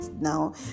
now